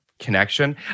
connection